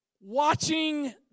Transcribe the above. watching